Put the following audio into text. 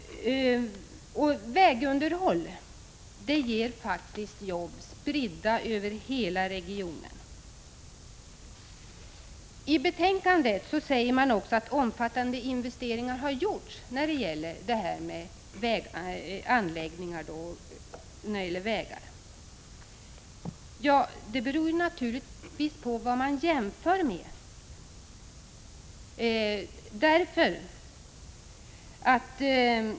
Vägunderhåll ger jobb spridda över hela regionen. I betänkandet säger man att omfattande investeringar har gjorts i anläggningar och vägar. Ja, det beror ju naturligtvis på vad man jämför med.